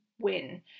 win